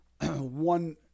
one